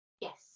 yes